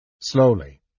Slowly